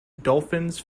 dolphins